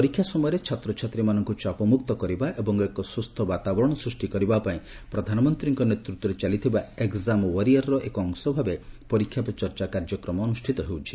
ପରୀକ୍ଷା ସମୟରେ ଛାତ୍ରଛାତ୍ରୀମାନଙ୍କୁ ଚାପମୁକ୍ତ କରିବା ଓ ଏକ ସୁସ୍ଥ ବାତାବରଣ ସୃଷ୍ଟି କରିବା ପାଇଁ ପ୍ରଧାନମନ୍ତ୍ରୀଙ୍କ ନେତୃତ୍ୱରେ ଚାଲିଥିବା ଏକ୍କାମ୍ ୱାରିୟରର ଏକ ଅଂଶଭାବେ 'ପରୀକ୍ଷା ପେ ଚର୍ଚ୍ଚା' କାର୍ଯ୍ୟକ୍ରମ ଅନୁଷ୍ଠିତ ହେଉଛି